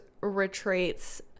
retreats